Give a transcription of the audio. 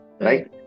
Right